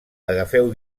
agafeu